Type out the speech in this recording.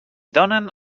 donen